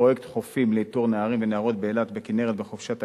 פרויקט "חופים" לאיתור נערים ונערות באילת ובכינרת בחופשת הקיץ,